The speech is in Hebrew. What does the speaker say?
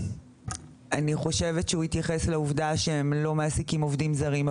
אני חושבת שהוא התייחס לעובדה שהם לא מעסיקים עובדים זרים,